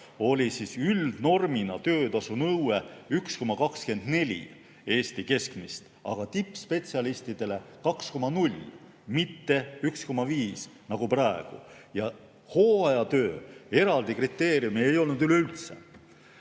oli üldnormina töötasunõue 1,24 Eesti keskmist, aga tippspetsialistidele 2,0, mitte 1,5 nagu praegu. Hooajatöö eraldi kriteeriumi ei olnud üleüldse.